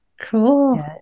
Cool